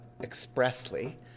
expressly